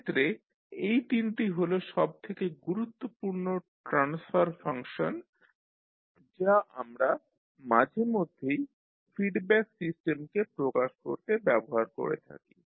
সেক্ষেত্রে এই তিনটি হল সবথেকে গুরুত্বপূর্ণ ট্রান্সফার ফাংশন যা আমরা মাঝেমধ্যেই ফিডব্যাক সিস্টেমকে প্রকাশ করতে ব্যবহার করে থাকি